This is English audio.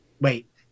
Wait